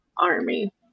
army